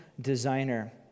designer